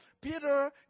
Peter